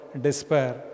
despair